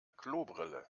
klobrille